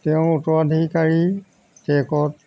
তেওঁ উত্তৰাধিকাৰী ট্ৰেকত